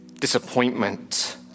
disappointment